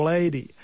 Lady